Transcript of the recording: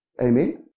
Amen